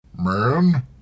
Man